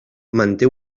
manté